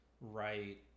right